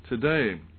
today